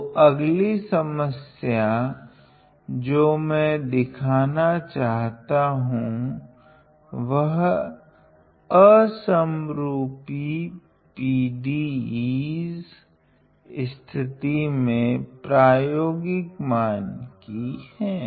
तो अगली समस्या जो मे दिखाना चाहता हूँ वह असमरूपी PDEs स्थिति में प्रयोगिक मान कि हैं